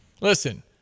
listen